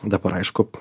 dabar aišku